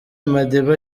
madiba